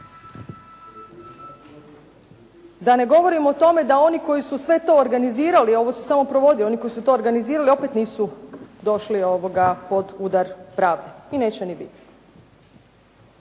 Da ne govorim o tome da oni koji su sve to organizirali, ovo se samo provodi, oni koji su to organizirali opet nisu došli pod udar pravde i neće ni biti.